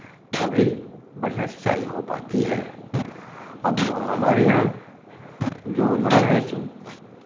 तभी बढ़ियाँ सिंचाई हो पाती है अब हमारे यहाँ जो नहर है सो